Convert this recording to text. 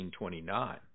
1929